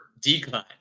decline